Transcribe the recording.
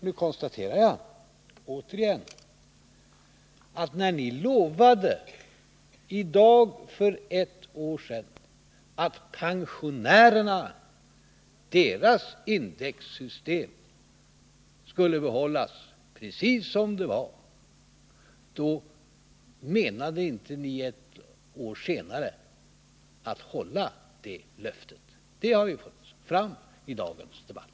Jag konstaterar återigen att ni, när ni för i dag ett år sedan lovade att pensionärernas indexsystem skulle behållas helt oförändrat, inte avsåg att ett år senare hålla det löftet. Det har framgått av dagens debatt.